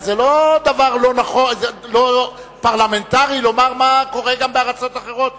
אבל זה לא דבר לא פרלמנטרי לומר מה קורה גם בארצות אחרות.